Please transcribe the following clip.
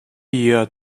year